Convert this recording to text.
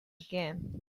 again